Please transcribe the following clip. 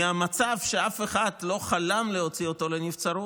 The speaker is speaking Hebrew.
ממצב שאף אחד לא חלם להוציא אותו לנבצרות,